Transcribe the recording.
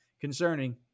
concerning